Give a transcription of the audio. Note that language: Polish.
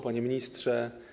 Panie Ministrze!